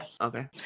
Okay